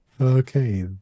Okay